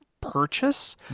purchase